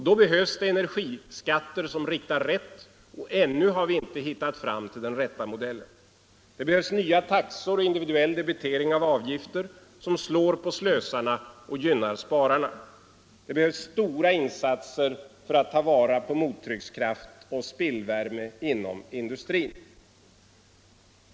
Då behövs energiskatter som riktar rätt. Ännu har vi inte hittat fram till den rätta modellen. Det behövs nya taxor och individuell debitering av avgifter, som slår på slösarna och gynnar spararna. Det behövs stora insatser för att ta vara på mottryckskraft och spillvärme inom industrin.